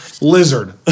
Lizard